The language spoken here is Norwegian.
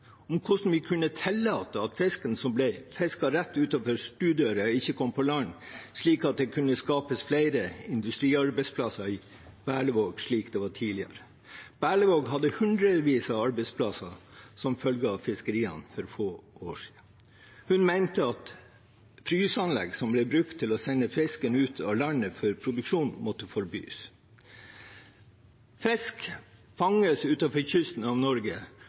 hvordan vi kunne tillate at fisken som ble fisket rett utenfor stuedøren, ikke kom på land, slik at det kunne skapes flere industriarbeidsplasser i Berlevåg – slik det var tidligere. Berlevåg hadde hundrevis av arbeidsplasser som følge av fiskeriene for få år siden. Hun mente at fryseanlegg som ble brukt til å sende fisken ut av landet for produksjon, måtte forbys. Fisk fanges utenfor kysten av Norge,